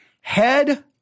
Head